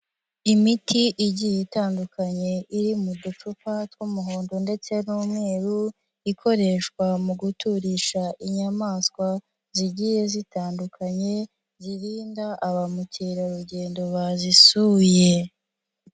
Imiti igiye itandukanye iri mu ducupa tw'umuhondo ndetse n'umweru, ikoreshwa mu guturisha inyamaswa zigiye zitandukanye, zirinda abamukerarugendo bazisuye.